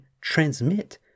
transmit